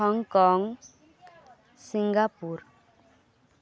Hong Kong Singapore